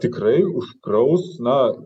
tikrai užkraus na